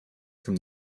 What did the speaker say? from